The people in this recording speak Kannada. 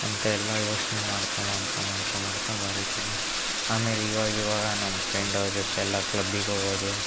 ಅಂತ ಎಲ್ಲ ಯೊಚನೆ ಮಾಡ್ತಾ ಮಾಡ್ತಾ ಮಾಡ್ತಾ ಮಾಡ್ತಾ ಆಮೇಲೆ ಇವಾಗ ಇವಾಗ ನಮ್ಮ ಫ್ರೆಂಡ್ ಅವ್ರ ಜೊತೆ ಎಲ್ಲ ಕ್ಲಬ್ಬಿಗೆ ಹೋಗೋದು